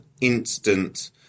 instant